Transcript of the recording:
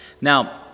Now